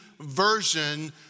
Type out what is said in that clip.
version